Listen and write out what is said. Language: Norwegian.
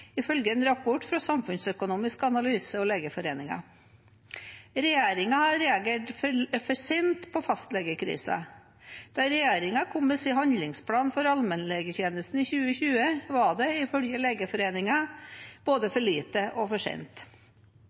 ifølge en rapport fra Samfunnsøkonomisk analyse og Legeforeningen. Regjeringen har reagert for sent på fastlegekrisen. Da regjeringen kom med sin handlingsplan for allmennlegetjenesten i 2020, var det, ifølge Legeforeningen, både for lite og for sent.